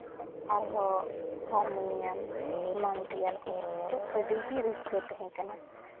ᱟᱨᱦᱚᱸ ᱦᱟᱨᱢᱳᱱᱤᱭᱟᱢ ᱮᱢᱟᱱ ᱛᱮᱭᱟᱜ ᱠᱚ ᱟᱹᱰᱤᱜᱮ ᱨᱟᱹᱥᱠᱟᱹ ᱛᱟᱦᱮᱸ ᱠᱟᱱᱟ